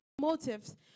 motives